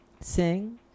sing